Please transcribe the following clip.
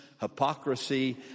hypocrisy